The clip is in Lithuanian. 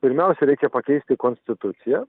pirmiausiai reikia pakeisti konstituciją